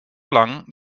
lang